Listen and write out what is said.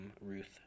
Ruth